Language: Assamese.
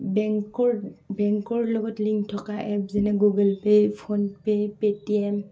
বেংকৰ বেংকৰ লগত লিংক থকা এপ যেনে গুগলপে' ফোনপে' পে'টিএম